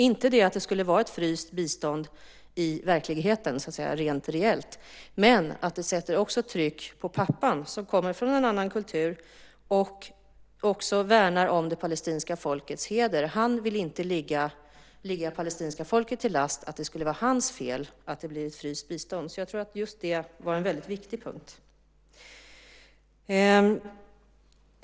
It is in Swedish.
Jag menar inte att det skulle vara ett fryst bistånd i verkligheten, rent reellt, men det sätter ett tryck på pappan som kommer från en annan kultur, värnar om det palestinska folkets heder och inte vill ligga det palestinska folket till last. Han vill inte att det ska vara hans fel att det blir ett fryst bistånd. Just det tror jag alltså var en väldigt viktig punkt.